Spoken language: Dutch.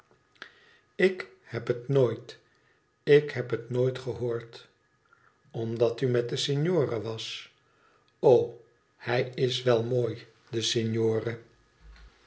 ik heb het nooit ik heb het nooit gehoord omdat u met den signore was o hij is wel mooi de